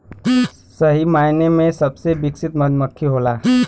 सही मायने में सबसे विकसित मधुमक्खी होला